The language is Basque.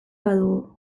badugu